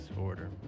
order